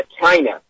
China